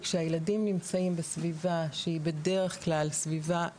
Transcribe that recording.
כשהילדים נמצאים בסביבה שהיא בדרך כלל סביבה מגנה,